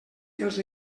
els